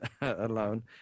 alone